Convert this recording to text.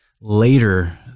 later